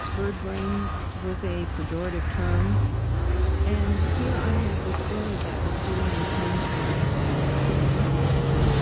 bird brain was a pejorative term and here i had this bird that was doing the same types of tasks as the primates.